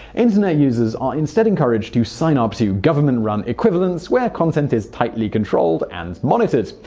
internet users are instead encouraged to sign up to government-run equivalents, where content is tightly controlled and monitored.